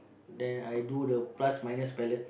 then I do the plus minus palatte